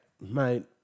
Mate